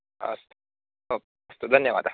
अस्तु अस्तु धन्यवादः